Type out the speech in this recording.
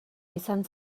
izan